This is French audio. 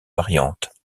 variantes